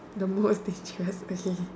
the most is jut a hint